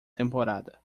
temporada